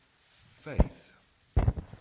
Faith